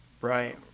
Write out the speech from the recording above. Right